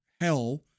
hell